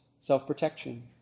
self-protection